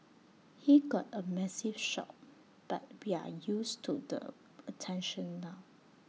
he got A massive shock but we're used to the attention now